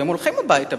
והם הולכים הביתה,